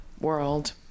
world